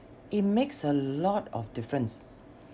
it makes a lot of difference